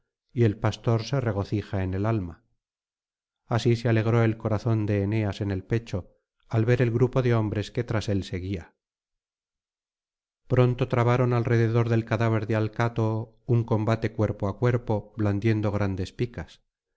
y el pastor se regocija en el alma así se alegró el corazón de eneas en el pecho al ver el grupo de hombres que tras él seguia pronto trabaron alrededor del cadáver de alcátoo un combate cuerpo á cuerpo blandiendo grandes picas